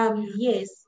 Yes